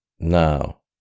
Now